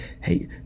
hey